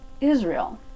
Israel